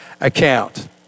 account